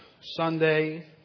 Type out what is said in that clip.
Sunday